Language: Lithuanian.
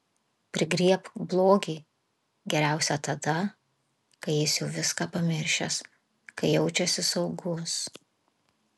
prigriebk blogį geriausia tada kai jis jau viską pamiršęs kai jaučiasi saugus